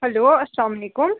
hello السلام علیکُم